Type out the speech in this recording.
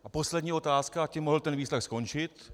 A poslední otázka, a tím mohl ten výslech skončit.